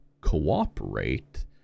cooperate